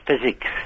physics